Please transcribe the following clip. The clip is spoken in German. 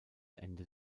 ende